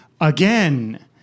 again